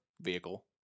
vehicle